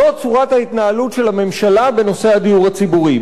זאת צורת ההתנהלות של הממשלה בנושא הדיור הציבורי.